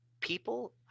people